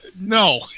no